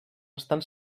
estan